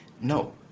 No